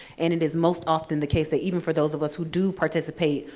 and it is most often the case that even for those of us who do participate,